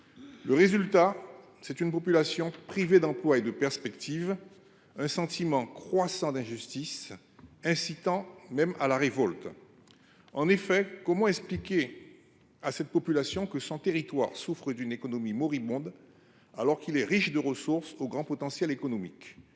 résultat une population privée d’emploi et de perspectives, un sentiment croissant d’injustice, incitant même à la révolte. Comment en effet expliquer à la population guyanaise que son territoire souffre d’une économie moribonde, alors que celui ci est riche de ressources au grand potentiel économique ?